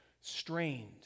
strained